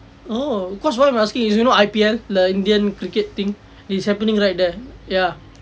oh because why I'm asking is you know I_P_L the indian cricket thing is happening right there ya